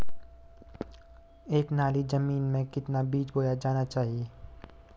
एक नाली जमीन में कितना बीज बोया जाना चाहिए?